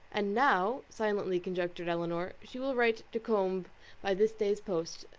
and now, silently conjectured elinor, she will write to combe by this day's post.